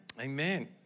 Amen